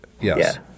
Yes